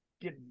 get